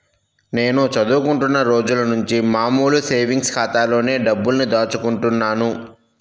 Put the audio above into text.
నేను చదువుకుంటున్న రోజులనుంచి మామూలు సేవింగ్స్ ఖాతాలోనే డబ్బుల్ని దాచుకుంటున్నాను